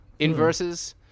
Inverses